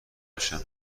بشم